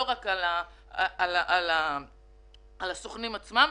לא רק על הסוכנים עצמם.